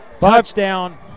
Touchdown